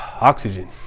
Oxygen